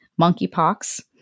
monkeypox